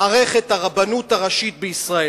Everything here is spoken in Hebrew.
מערכת הרבנות הראשית בישראל.